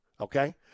okay